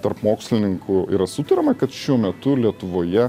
tarp mokslininkų yra sutariama kad šiuo metu lietuvoje